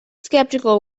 skeptical